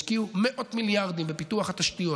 השקיעו מאות מיליארדים בפיתוח התשתיות.